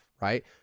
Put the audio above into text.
Right